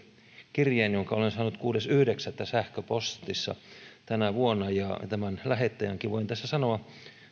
kirjeen jonka olen saanut kuudes yhdeksättä sähköpostitse tänä vuonna ja tämän lähettäjänkin voin tässä sanoa